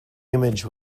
image